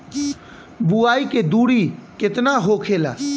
बुआई के दूरी केतना होखेला?